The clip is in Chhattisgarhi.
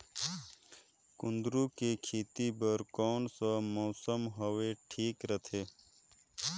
कुंदूरु के खेती बर कौन सा मौसम हवे ठीक रथे?